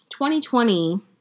2020